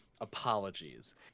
Apologies